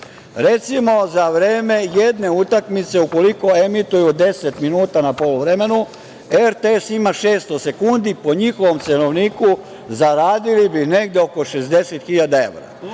za vreme jedne utakmice, ukoliko emituju 10 minuta na poluvremenu, RTS ima 600 sekundi, po njihovom cenovniku zaradili bi negde oko 60 hiljada evra.